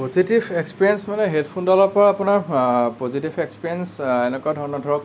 positive experience মানে হেডফোনডালৰ পৰা আপোনাৰ পজিটিভ এক্সপিৰিয়েঞ্চ এনেকুৱা ধৰণৰ ধৰক